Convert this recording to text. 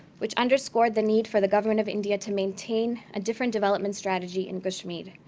which underscored the need for the government of india to maintain a different development strategy in kashmir.